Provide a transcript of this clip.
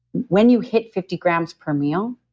when you hit fifty grams per meal,